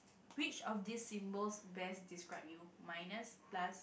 which of this symbols best describe you minus plus